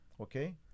okay